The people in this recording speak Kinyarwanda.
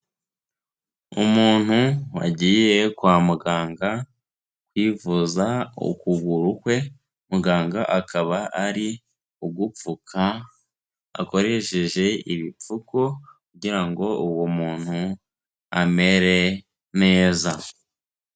Umuntu wagiye kwa muganga kwivuza ukuguru kwe, muganga akaba ari kugupfuka akoresheje ibipfuko kugira ngo uwo muntu amere neza.